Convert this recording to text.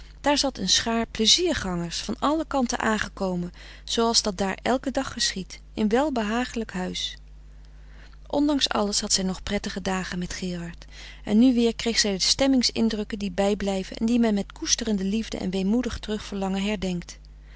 daar zat een schaar plezier gangers van alle kanten aangekomen zooals dat daar elken dag geschiedt in welbehagelijk huis ondanks alles had zij nog prettige dagen met gerard en nu weer kreeg zij de stemmings indrukken die bijblijven en die men met koesterende liefde en weemoedig terugverlangen herdenkt